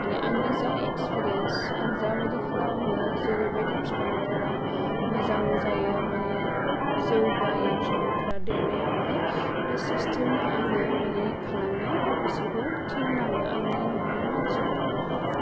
माने आंनि जा एक्सपिरियेन्स आं जाबायदि खालामो जेरैबादि बिफांफोरा मोजां जायो माने जौगायो बिफांफोरा देरनायावहाय बे सिस्टेम नो आङो मानि खालामनो बिसोरखौ खालामनो थिनलाङो आंनि न'नि मानसिफोरखौहाय